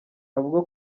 avuga